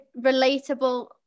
relatable